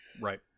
Right